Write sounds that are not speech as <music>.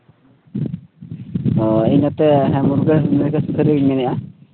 ᱦᱚᱸ ᱤᱧ ᱱᱚᱛᱮ <unintelligible> ᱥᱩᱥᱟᱹᱨᱤᱭᱟᱹᱧ ᱢᱮᱱᱮᱫᱼᱟ